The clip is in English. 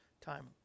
time